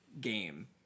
game